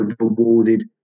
awarded